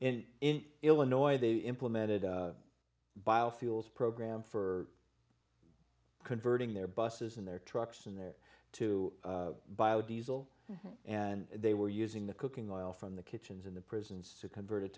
in in illinois they implemented biofuels program for converting their buses in their trucks in there to bio diesel and they were using the cooking oil from the kitchens in the prisons to convert